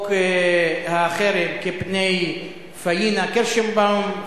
חוק החרם כפני פניה קירשנבאום,